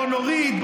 בוא נוריד,